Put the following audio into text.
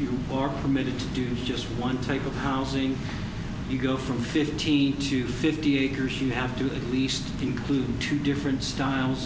you or permitted to do just one type of housing you go from fifty to fifty acres you have to the least include two different styles